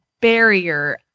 barrier